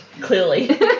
Clearly